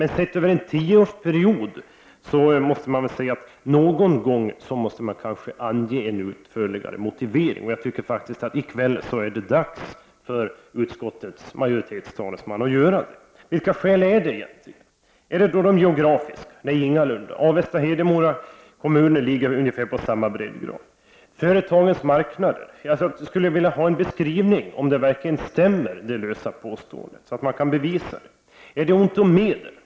Men sett över en tioårsperiod måste man få säga att någon gång skall en utförlig motivering anges. I kväll är det dags för utskottets majoritetstalesman att göra det. Vilka är skälen egentligen? Är de geografiska? Nej, ingalunda. Avesta och Hedemora kommuner ligger på ungefär samma breddgrad. Är det företagens marknader? Jag skulle vilja ha en beskrivning av om detta lösa påstående stämmer. Är det ont om medel?